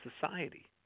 society